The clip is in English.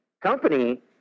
company